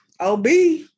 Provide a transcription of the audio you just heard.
OB